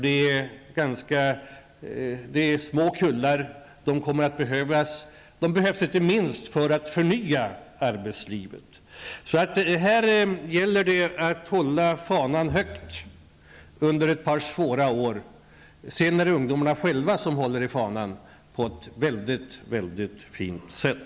Det är små kullar ungdomar, och de kommer att behövas, inte minst för att förnya arbetslivet. Här gäller det att hålla fanan högt under ett par svåra år, och sedan är det ungdomarna själva som håller fanan på ett mycket fint sätt.